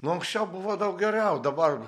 nu anksčiau buvo daug geriau dabar